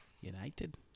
United